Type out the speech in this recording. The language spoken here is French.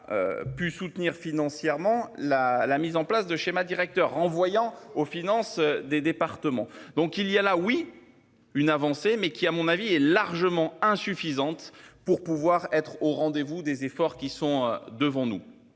Pu soutenir financièrement la la mise en place de schémas directeurs renvoyant aux finances des départements. Donc il y a la oui. Une avancée mais qui à mon avis est largement insuffisante pour pouvoir être au rendez-vous. Des efforts qui sont devant nous